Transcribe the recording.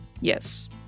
Yes